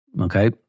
okay